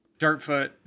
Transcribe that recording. Dirtfoot